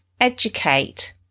educate